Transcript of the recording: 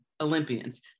Olympians